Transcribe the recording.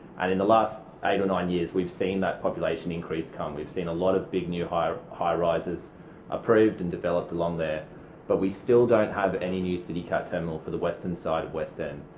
and in the last eight or nine years we've seen that population increase come. we've seen a lot of big new high high rises approved and developed along there but we still don't have any new citycat terminal for the western side of